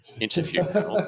interview